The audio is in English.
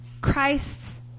Christ's